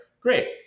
great